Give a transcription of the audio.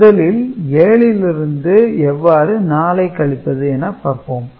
முதலில் 7 லிருந்து எவ்வாறு 4 ஐ கழிப்பது என பார்ப்போம்